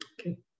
Okay